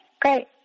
great